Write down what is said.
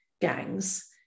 gangs